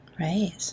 Right